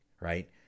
right